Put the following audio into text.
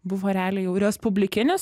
buvo realiai jau respublikinis